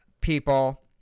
people